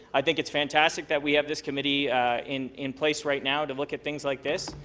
i think it's fantastic that we have this committee in in place right now to look at things like this.